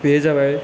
बेयो जाबाय